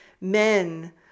men